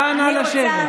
איך נכנסת לליכוד?